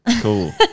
cool